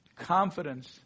confidence